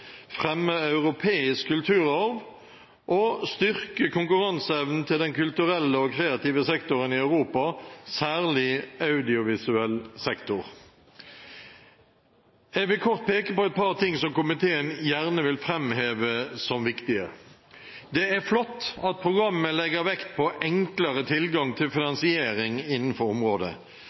fremme europeisk kulturarv og styrke konkurranseevnen til den kulturelle og kreative sektoren i Europa, særlig audiovisuell sektor. Jeg vil kort peke på et par ting som komiteen gjerne vil framheve som viktige: Det er flott at programmet legger vekt på enklere tilgang til finansiering innenfor området.